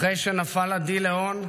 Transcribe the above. אחרי שנפל עדי ליאון,